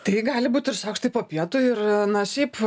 tai gali būt ir šaukštai po pietų ir na šiaip